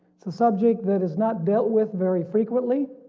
so subject that is not dealt with very frequently